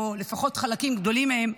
או לפחות חלקים גדולים מהם,